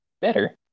better